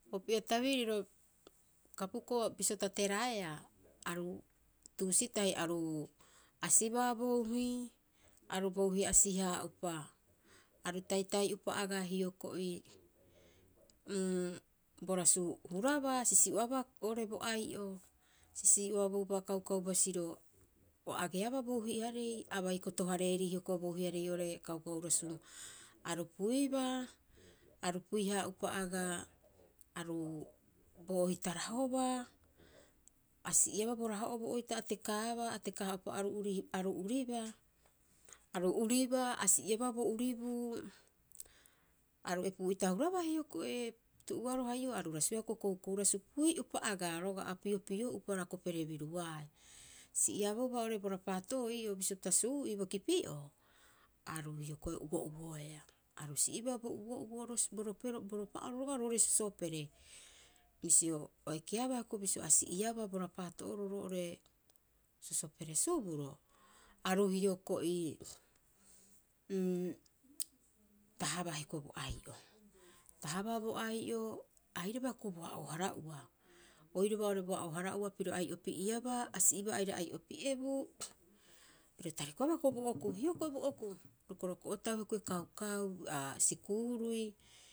Opii'a tabiriro kapuko'o bisio tateraea aru, tuusi tahi aru asibaa bouhi, aru bouhi asi haa'upa aru taitai'upa agaa hioko'i bo rasu hurabaa, a sisii'oabaa oo'ore bo ai'o. A sisii'oabouba kaukau basiro o ageaba bouhiarei. A bai kotohareeri hioko'i oo'ore kaukau basiro, aru puibaa. Aru pui- haa'upa agaa aru bo ohita rahobaa. A si'iabaa bo raho'oo bo ohita a tekaaba, aru taka- hara'upa aru uribaa. Aru uribaa, a si'iabaa bo uribuu. Aru epuu'ita hurabaa hioko'i. Tu'uoaroha ii'oo aru rasuia hioko'i koukou rasu, pui'upa agaa roga'a piopio'upa rakopere biruaae. Si'iabouba oo'ore bo rapaato'oo ii'oo bisio pita suu'ii bo kipi'oo, aru hioko'i uo'uoea. Aru si'ibaa bo uo'uo'oro bo rope'oro bo ropa'oro roga'a roo'ore sosopere. Bisio o ekeaba hioko'i bisio asi'iabaa bo rapaato'oro roo'ore sosopere suburo, aru hioko'i tahabaa hioko'i bo ai'o. Tahabaa hioko'i bo ai'o, airaba hioko'i bo a'oohara'oa. Oiraba oo'ore bo a'oohara'oa piro ai'opieabaa. A si'ibaa aira ai'opi'ebuu, piro tarikoabaa hioko'i bo okuu, hioko'i bo okuu, rokoroko'otau hioko'i kaukauii aa, sikuurui.